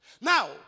Now